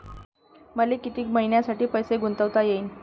मले कितीक मईन्यासाठी पैसे गुंतवता येईन?